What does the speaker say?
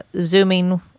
zooming